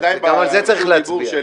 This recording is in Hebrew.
גם על זה צריך להצביע.